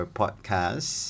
podcast